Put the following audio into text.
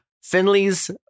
Finley's